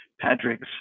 Patrick's